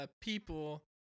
people